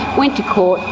went to court,